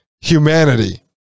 humanity